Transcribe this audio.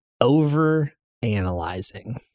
Over-analyzing